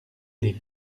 lez